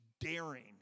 daring